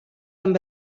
amb